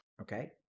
Okay